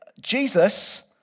Jesus